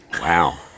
Wow